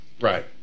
Right